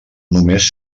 només